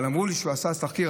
אבל אמרו לי שהוא עשה תחקיר.